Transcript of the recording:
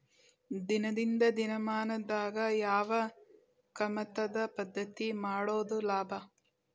ಇಂದಿನ ದಿನಮಾನದಾಗ ಯಾವ ಕಮತದ ಪದ್ಧತಿ ಮಾಡುದ ಲಾಭ?